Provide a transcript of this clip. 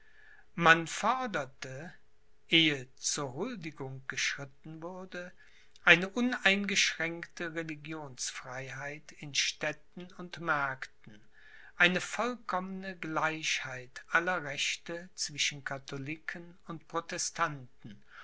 man forderte ehe zur huldigung geschritten würde eine uneingeschränkte religionsfreiheit in städten und märkten eine vollkommene gleichheit aller rechte zwischen katholiken und protestanten